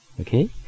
okay